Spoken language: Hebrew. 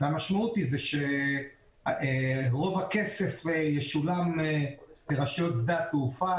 והמשמעות היא שרוב הכסף ישולם לרשויות שדה התעופה